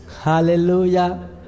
Hallelujah